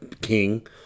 king